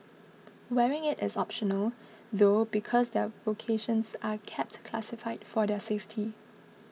wearing it is optional though because their vocations are kept classified for their safety